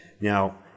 now